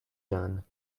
done